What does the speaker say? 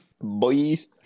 boys